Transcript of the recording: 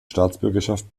staatsbürgerschaft